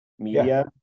media